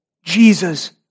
Jesus